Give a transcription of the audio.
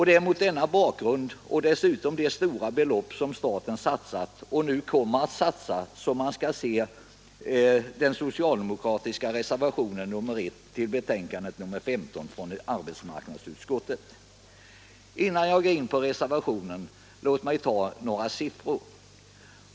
Det är mot denna bakgrund och dessutom mot bakgrund av de stora belopp som staten satsat och nu kommer att satsa som man skall se den socialdemokratiska reservationen 1 vid betänkandet 15 från arbetsmarknadsutskottet. Låt mig innan jag går in på reservationen anföra några siffror.